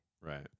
right